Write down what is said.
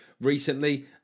recently